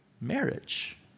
marriage